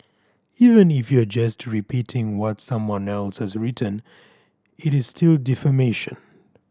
even if you are just repeating what someone else has written it is still defamation